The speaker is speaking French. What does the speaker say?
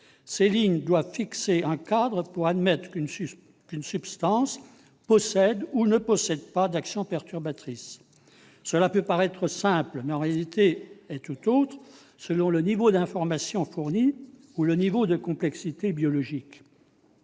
Elles doivent fixer un cadre permettant d'affirmer qu'une substance possède ou ne possède pas une action perturbatrice. Cela peut paraître simple, mais la réalité est tout autre selon le niveau d'informations fourni ou le niveau de complexité biologique.